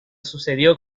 sucedió